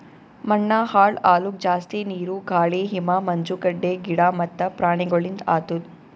ಮಣ್ಣ ಹಾಳ್ ಆಲುಕ್ ಜಾಸ್ತಿ ನೀರು, ಗಾಳಿ, ಹಿಮ, ಮಂಜುಗಡ್ಡೆ, ಗಿಡ ಮತ್ತ ಪ್ರಾಣಿಗೊಳಿಂದ್ ಆತುದ್